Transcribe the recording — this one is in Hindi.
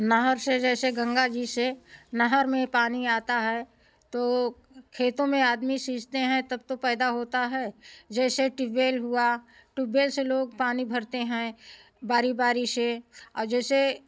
नहर से जैसे गंगा जी से नहर में पानी आता है तो खेतों में आदमी सींचते हैं तब तो पैदा होता है जैसे ट्यूब बेल हुआ ट्यूब बेल से लोग पानी भरते हैं बारी बारी से और जैसे